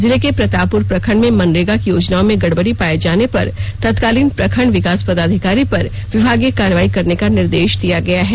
जिले के प्रतापपुर प्रखंड में मनरेगा की योजनाओं में गड़बड़ी पाये जाने पर तत्कालीन प्रखंड विकास पदाधिकारी पर विभागीय कार्रवाई करने का निर्देश दिया गया है